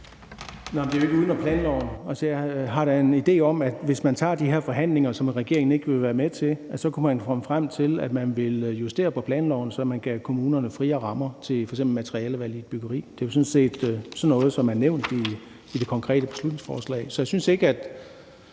det er jo ikke uden om planloven. Jeg har da en idé om, at hvis man tog de her forhandlinger, som regeringen ikke vil være med til, så kunne man komme frem til, at man ville justere på planloven, så man gav kommunerne friere rammer til f.eks. materialevalg i et byggeri. Det er jo sådan noget, som er nævnt i det konkrete beslutningsforslag. Så jeg synes ikke, at